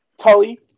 Tully